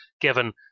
given